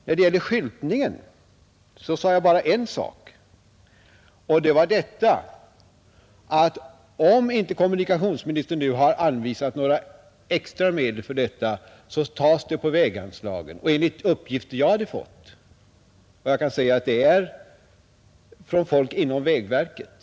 När det gäller skyltningen sade jag bara en sak. Om kommunikationsministern inte anvisat några extra medel för denna tas utgifterna för denna av anslaget till vägunderhåll enligt de uppgifter jag hade fått. Dessa har jag fått från folk inom vägverket.